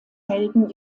helden